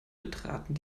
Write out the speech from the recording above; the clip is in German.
betraten